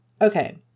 okay